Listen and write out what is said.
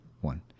one